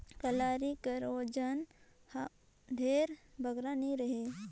कलारी कर ओजन हर ढेर बगरा नी रहें